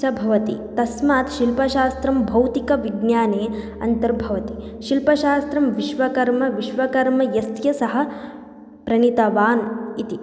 च भवति तस्मात् शिलप्शास्त्रं भौतिकविज्ञाने अन्तर्भवति शिल्पशास्त्रं विश्वकर्म विश्वकर्म यस्य सः प्रणीतवान् इति